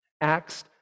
acts